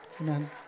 Amen